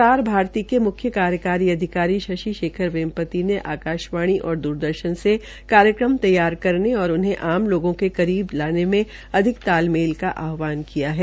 प्रसारभारती के मुख्य कार्यकारी अधिकारी शशि शेखर वेम्पति ने आकाशवाण और दुरदर्शन् से कार्यक्रम तैयार करने और उन्हें आम लोगों के करीब जाने में आधिक तालमेल का आहवान किया है